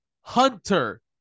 Hunter